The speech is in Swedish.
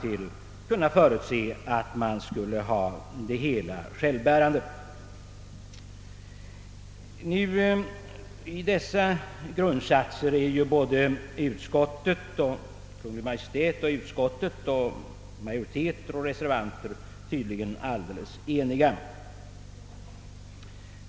I dessa grundsatser är både Kungl. Maj:t, utskottet och reservanterna alldeles eniga.